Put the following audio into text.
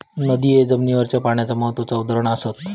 नदिये जमिनीवरच्या पाण्याचा महत्त्वाचा उदाहरण असत